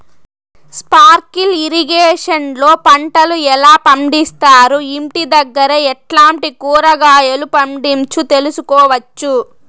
Sprinkle irrigation లో పంటలు ఎలా పండిస్తారు, ఇంటి దగ్గరే ఎట్లాంటి కూరగాయలు పండించు తెలుసుకోవచ్చు?